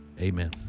Amen